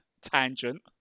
tangent